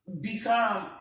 become